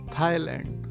Thailand